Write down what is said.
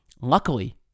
Luckily